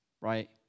right